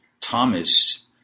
Thomas